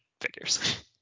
figures